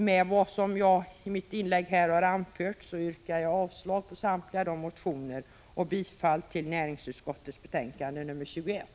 Med vad jag har anfört i mitt inlägg yrkar jag avslag på samtliga dessa motioner och bifall till näringsutskottets hemställan i betänkande 21.